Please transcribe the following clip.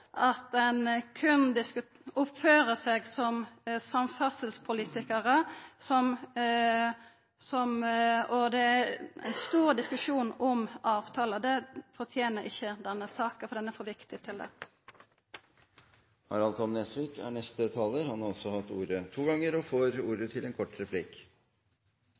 at ein berre oppfører seg som samferdselspolitikarar, og at det vert ein stor diskusjon om avtalar. Det fortener ikkje denne saka, for ho er for viktig til det. Representanten Harald T. Nesvik har hatt ordet to ganger tidligere i debatten og får ordet til en kort